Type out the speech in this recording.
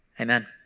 Amen